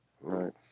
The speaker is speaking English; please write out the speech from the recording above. Right